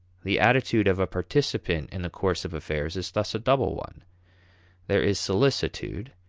the attitude of a participant in the course of affairs is thus a double one there is solicitude,